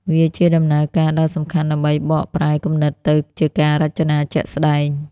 វាជាដំណើរការដ៏សំខាន់ដើម្បីបកប្រែគំនិតទៅជាការរចនាជាក់ស្តែង។